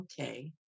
okay